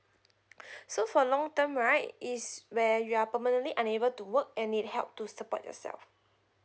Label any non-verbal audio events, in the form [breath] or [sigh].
[breath] so for long term right is where you are permanently unable to work and need help to support yourself